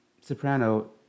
soprano